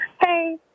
hey